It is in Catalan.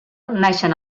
naixen